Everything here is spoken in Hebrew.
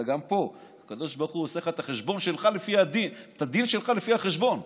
אבל גם פה הקדוש ברוך הוא עושה את הדין שלך לפי החשבון.